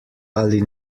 ali